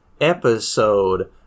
episode